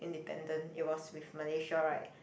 independent it was with Malaysia right